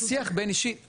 שיח בין אישי.